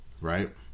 right